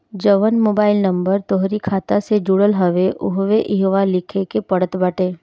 जवन mobile number तोहरी खाता से जुड़ल हवे उहवे इहवा लिखे के पड़त बाटे